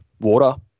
water